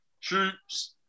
troops